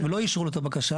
ולא אישרו לו את הבקשה.